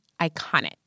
iconic